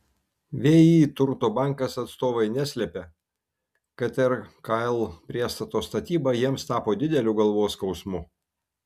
vį turto bankas atstovai neslepia kad rkl priestato statyba jiems tapo dideliu galvos skausmu